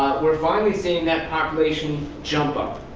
we're finally seeing that population jump up.